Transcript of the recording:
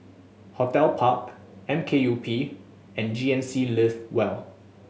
Hotel Park M K U P and G N C Live well